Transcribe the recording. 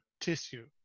tissue